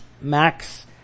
Max